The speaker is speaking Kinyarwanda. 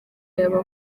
yaba